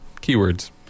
keywords